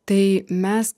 tai mes